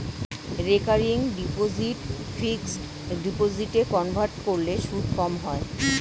recurring deposit fixed ডিপোজিটে convert করলে সুদ কম হয়